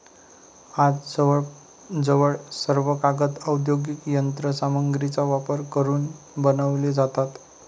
आज जवळजवळ सर्व कागद औद्योगिक यंत्र सामग्रीचा वापर करून बनवले जातात